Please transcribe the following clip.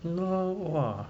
ya lor !wah!